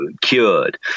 cured